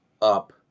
up